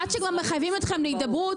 עד שכבר מחייבים אתכם להידברות,